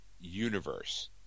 universe